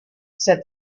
said